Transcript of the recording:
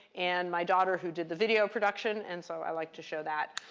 and my daughter, who did the video production. and so i like to show that.